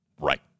Right